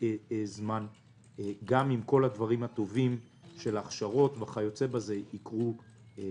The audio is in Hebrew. זמן גם אם כל הדברים הטובים של הכשרות וכדומה יקרו לפתחנו.